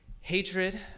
hatred